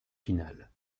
finale